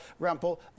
Rempel